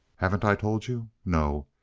haven't i told you? no,